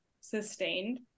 sustained